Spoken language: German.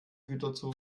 güterzug